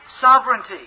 sovereignty